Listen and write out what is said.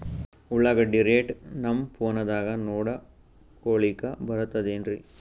ಉಳ್ಳಾಗಡ್ಡಿ ರೇಟ್ ನಮ್ ಫೋನದಾಗ ನೋಡಕೊಲಿಕ ಬರತದೆನ್ರಿ?